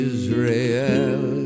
Israel